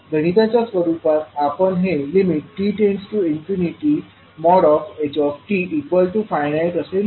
गणिताच्या रूपात आपण हे t∞htfiniteअसे लिहू शकतो